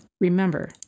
Remember